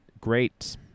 great